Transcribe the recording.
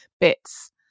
bits